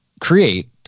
create